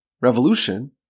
revolution